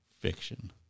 Fiction